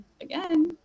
again